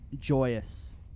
joyous